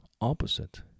opposite